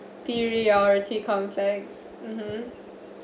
inferiority complex mmhmm